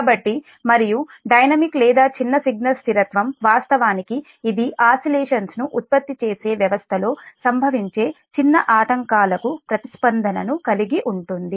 కాబట్టి మరియు డైనమిక్ లేదా చిన్న సిగ్నల్ స్థిరత్వం వాస్తవానికి ఇది ఆసిలేషన్స్ ను ఉత్పత్తి చేసే వ్యవస్థలో సంభవించే చిన్న ఆటంకాలకు ప్రతిస్పందనను కలిగి ఉంటుంది